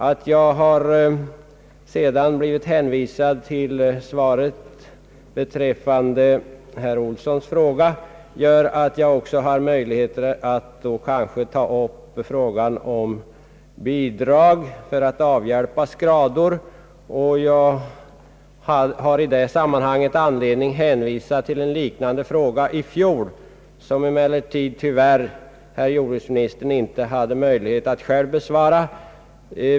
Att jag blivit hänvisad till svaret på herr Olssons fråga gör att jag kanske också har möjlighet att ta upp frågan om bidrag för att avhjälpa skador. I det sammanhanget finns det anledning hänvisa till en liknande fråga i fjol, som jordbruksministern tyvärr inte hade möjlighet att själv besvara.